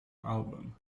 album